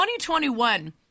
2021